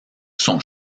son